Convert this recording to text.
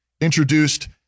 introduced